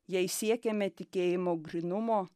jei siekiame tikėjimo grynumo